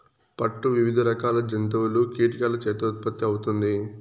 పట్టు వివిధ రకాల జంతువులు, కీటకాల చేత ఉత్పత్తి అవుతుంది